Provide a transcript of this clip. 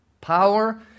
Power